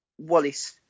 Wallace